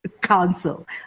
council